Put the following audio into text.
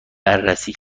بررسی